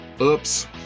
Oops